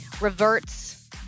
reverts